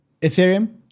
Ethereum